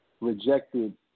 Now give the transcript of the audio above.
rejected